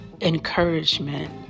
encouragement